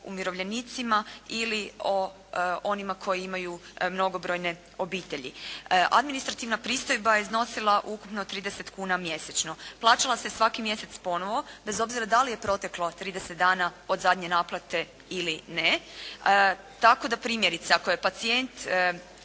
umirovljenicima ili o onima koji imaju mnogobrojne obitelji. Administrativna pristojba je iznosila ukupno 30 kuna mjesečno, plaćala se svaki mjesec ponovo bez obzira da li je proteklo 30 dana od zadnje naplate ili ne. Tako da primjerice ako je pacijent